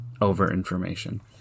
over-information